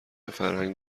فرهنگ